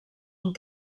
amb